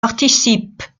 participent